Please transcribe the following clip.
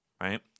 right